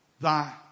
Thy